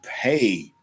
pay